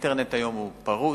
האינטרנט היום פרוץ,